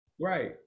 Right